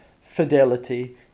fidelity